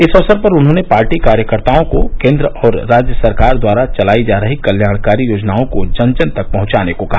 इस अवसर पर उन्होंने पार्टी कार्यकर्ताओं को कोन्द्र और राज्य सरकार द्वारा चलायी जा रही कल्याणकारी योजनाओं को जन जन तक पहुंचाने को कहा